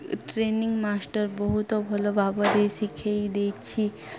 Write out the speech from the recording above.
training master ବହୁତ ଭଲ ଭାବରେ ଶିଖାଇ ଦେଇଛି